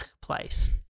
place